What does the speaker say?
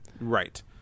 Right